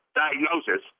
diagnosis